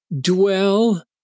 dwell